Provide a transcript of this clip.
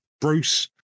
Bruce